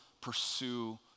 pursue